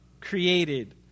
created